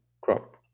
crop